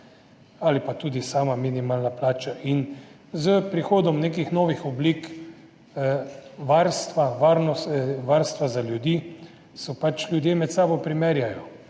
ali pa imajo minimalno plačo in s prihodom nekih novih oblik varstva za ljudi se pač ljudje med sabo primerjajo